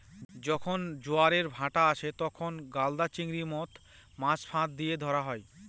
যখন জোয়ারের ভাঁটা আসে, তখন গলদা চিংড়ির মত মাছ ফাঁদ দিয়ে ধরা হয়